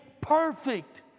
perfect